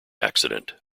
accident